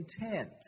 intent